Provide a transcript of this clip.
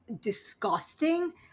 disgusting